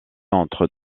entre